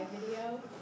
video